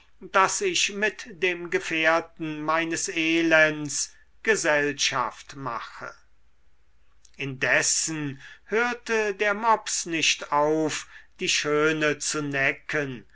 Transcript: daß ich mit dem gefährten meines elends gesellschaft mache indessen hörte der mops nicht auf die schöne zu necken